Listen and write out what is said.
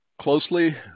closely